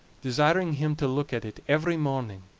desiring him to look at it every morning,